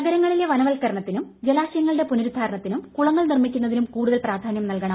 നഗരങ്ങളിലെ വനവൽക്കരണത്തിനും ജലാശയങ്ങളുടെ പുനരുദ്ധാരണത്തിനും കുളങ്ങൾ നിർമിക്കുന്നതിനും കൂടുതൽ പ്രധാന്യം നൽകണം